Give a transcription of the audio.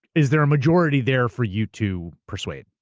is there a majority there for you to persuade?